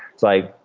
it's like,